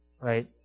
Right